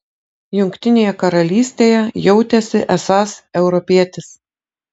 jungtinėje karalystėje jautėsi esąs europietis